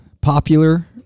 popular